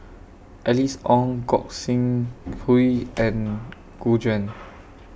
Alice Ong Gog Sing Hooi and Gu Juan